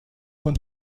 von